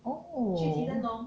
oh